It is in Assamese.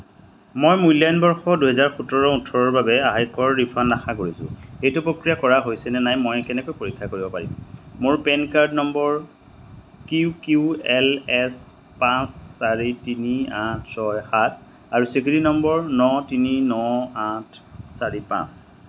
মই মূল্যায়ন বৰ্ষ দুহেজাৰ সোতৰ ওঠৰৰ বাবে আয়কৰ ৰিফাণ্ড আশা কৰিছোঁ এইটো প্ৰক্ৰিয়া কৰা হৈছে নে নাই মই কেনেকৈ পৰীক্ষা কৰিব পাৰিম মোৰ PAN card number Q Q L S পাঁচ চাৰি তিনি আঠ ছয় সাত আৰু স্বীকৃতি নম্বৰ ন তিনি ন আঠ চাৰি পাঁচ